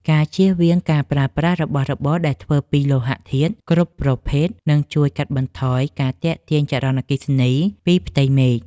ការជៀសវាងការប្រើប្រាស់របស់របរដែលធ្វើពីលោហធាតុគ្រប់ប្រភេទនឹងជួយកាត់បន្ថយការទាក់ទាញចរន្តអគ្គិសនីពីផ្ទៃមេឃ។